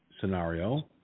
scenario